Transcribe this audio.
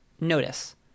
notice